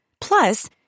Plus